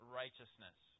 righteousness